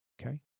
Okay